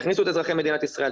תכניסו את אזרחי מדינת ישראל,